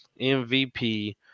MVP